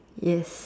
yes